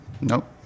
Nope